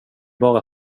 bara